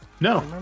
No